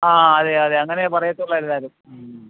ആ അതെ അതെ അങ്ങനെ പറയത്തുള്ളെല്ലാരും